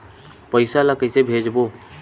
पईसा ला कइसे भेजबोन?